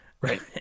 Right